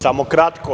Samo kratko.